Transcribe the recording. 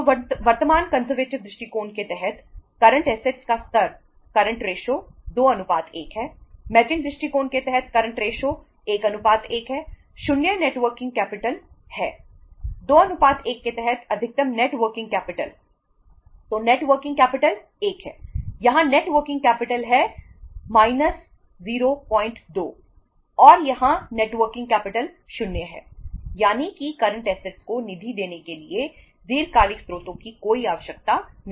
तो वर्तमान कंजरवेटिव को निधि देने के लिए दीर्घकालिक स्रोतों की कोई आवश्यकता नहीं